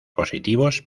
positivos